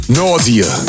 nausea